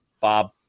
Bob